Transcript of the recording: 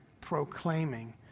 proclaiming